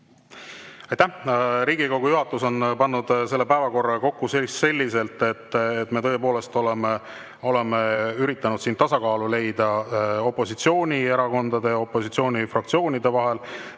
Aitäh! Riigikogu juhatus on pannud selle päevakorra kokku selliselt, et me tõepoolest oleme üritanud tasakaalu leida opositsioonierakondade, opositsioonifraktsioonide, vahel.